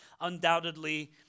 Undoubtedly